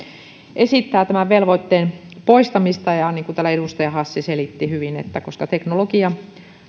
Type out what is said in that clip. esittää tämän velvoitteen poistamista ja niin kuin täällä edustaja hassi selitti hyvin teknologia